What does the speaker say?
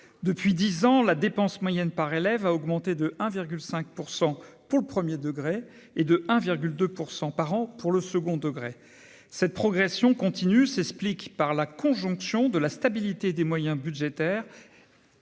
Depuis dix ans, la dépense moyenne par élève a augmenté de 1,5 % par an dans le premier degré et de 1,2 % par an dans le second degré. Cette progression continue s'explique par la conjonction de la stabilité des moyens budgétaires